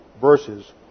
verses